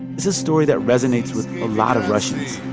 it's a story that resonates with a lot of russians